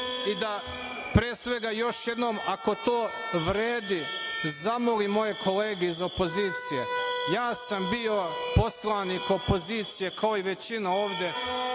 i da, pre svega, još jednom, ako to vredi, zamolim moje kolege iz opozicije, ja sam bio poslanik opozicije, kao i većina ovde